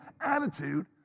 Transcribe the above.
attitude